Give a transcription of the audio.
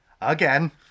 again